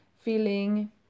feeling